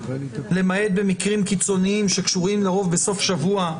למעט במקרים קיצוניים שקשורים לרוב בסוף שבוע,